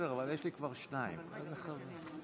על הצעת החוק הכל-כך כל כך חשובה הזאת.